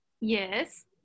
Yes